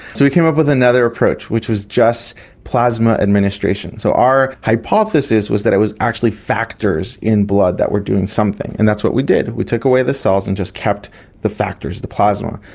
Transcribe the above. so we came up with another approach which was just a plasma administration. so our hypothesis was that it was actually factors in blood that were doing something, and that's what we did, we took away the cells and just kept the factors, the plasma.